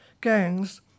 gangs